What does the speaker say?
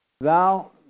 Thou